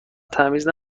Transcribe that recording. تمیز